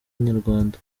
inyarwanda